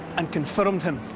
and confirmed him.